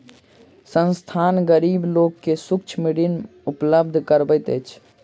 संस्थान, गरीब लोक के सूक्ष्म ऋण उपलब्ध करबैत अछि